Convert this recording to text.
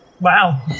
Wow